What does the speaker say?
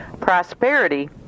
prosperity